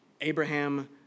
Abraham